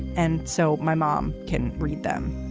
and so my mom can read them.